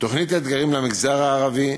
תוכנית "אתגרים" למגזר הערבי,